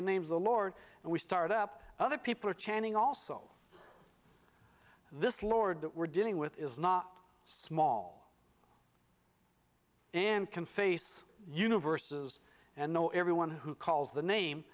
the names of the lord and we start up other people are chanting also this lord that we're dealing with is not small and can face universes and know everyone who calls the name